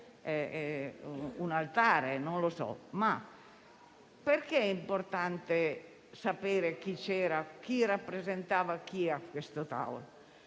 un altare! Perché è importante sapere chi c'era e chi rappresentava chi a questo tavolo?